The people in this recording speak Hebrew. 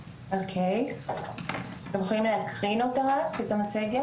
שצירפנו אותו גם למסמך ששלחנו לקראת הישיבה,